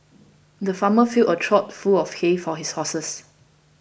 the farmer filled a trough full of hay for his horses